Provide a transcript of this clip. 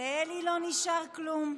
לאלי לא נשאר כלום.